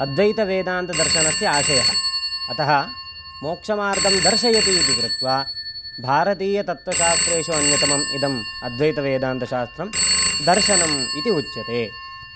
अद्वैतवेदान्तदर्शनस्य आशयः अतः मोक्षमार्गं दर्शयति इति कृत्वा भारतीयतत्वशास्त्रेषु अन्यतमम् इदम् अद्वैतवेदान्तशास्त्रं दर्शनम् इति उच्यते